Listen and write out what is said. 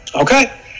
Okay